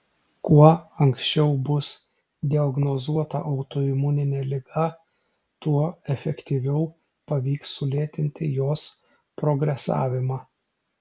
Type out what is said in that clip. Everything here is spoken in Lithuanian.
kuo anksčiau bus diagnozuota autoimuninė liga tuo efektyviau pavyks sulėtinti jos progresavimą